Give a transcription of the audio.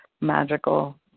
magical